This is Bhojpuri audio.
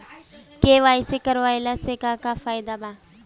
के.वाइ.सी करवला से का का फायदा बा?